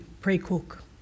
pre-Cook